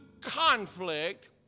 conflict